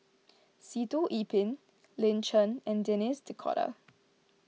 Sitoh Yih Pin Lin Chen and Denis D'Cotta